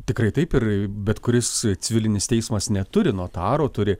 tikrai taip ir bet kuris civilinis teismas neturi notaro turi